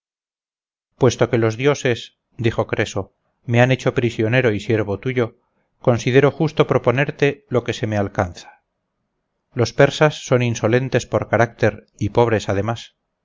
puesto que los dioses dijo creso me han hecho prisionero y siervo tuyo considero justo proponerte lo que se me alcanza los persas son insolentes por carácter y pobres además